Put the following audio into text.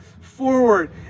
forward